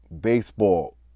baseball